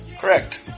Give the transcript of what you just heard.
correct